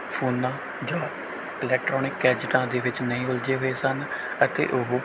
ਫੋਨਾਂ ਜਾਂ ਇਲੈਕਟਰੋਨਿਕ ਗੈਜਟਾਂ ਦੇ ਵਿੱਚ ਨਹੀਂ ਉਲਝੇ ਹੋਏ ਸਨ ਅਤੇ ਉਹ